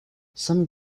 some